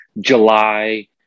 July